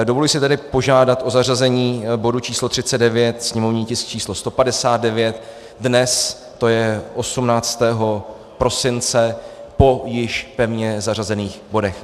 Dovoluji si tedy požádat o zařazení bodu číslo 39, sněmovní tisk číslo 159, dnes, tj. 18. prosince, po již pevně zařazených bodech.